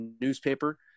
newspaper